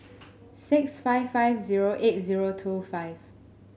six five five zero eight zero two five